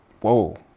Whoa